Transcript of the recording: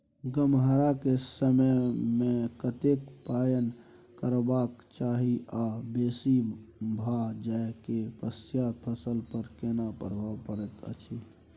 गम्हरा के समय मे कतेक पायन परबाक चाही आ बेसी भ जाय के पश्चात फसल पर केना प्रभाव परैत अछि?